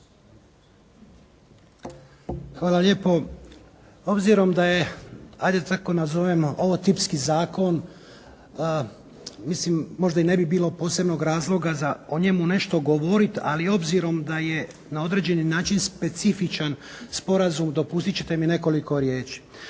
Hvala lijepo. Obzirom da je hajde da tako nazovemo ovo tipski zakon mislim možda i ne bi bilo posebnog razloga za o njemu nešto govoriti, ali obzirom da je na određeni način specifičan sporazum dopustit ćete mi nekoliko riječi.